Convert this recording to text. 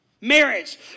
Marriage